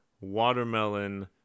watermelon